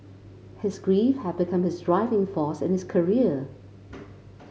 his grief had become his driving force in his career